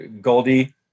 Goldie